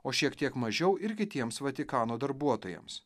o šiek tiek mažiau ir kitiems vatikano darbuotojams